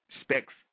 specs